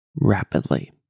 rapidly